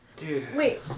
wait